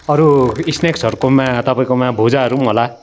अरू स्नेक्सहरूकोमा तपाईँकोमा भुजाहरू पनि होला